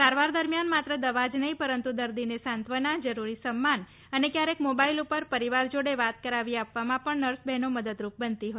સારવાર દરમ્યાન માત્ર દવા જ નહીં પરંતુ દર્દીને સાંત્વના જરૂરી સ મ્માન અને ક્યારેક મોબાઈલ પર પરિવાર જોડે વાત કરાવી આપવામાં પણ નર્સ બહેનો મદદરૂપ બનતી હોય છે